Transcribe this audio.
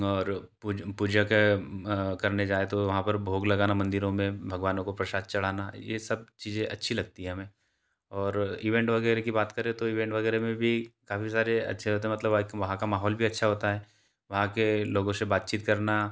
और पूजा का करने जाऍं तो वहाँ पर भोग लगाना मंदिरों में भगवानों को प्रसाद चढ़ाना यह सब चीज़ें अच्छी लगती है हमें और ईवेंट वगैरह की बात करें तो ईवेंट वगैरह में भी काफ़ी सारे अच्छे होते मतलब वहाँ का माहौल भी अच्छा होता है वहाँ के लोगों से बातचीत करना